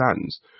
stands